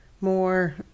more